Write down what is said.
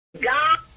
God